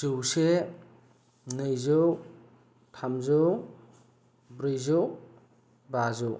जौसे नैजौ थामजौ ब्रैजौ बाजौ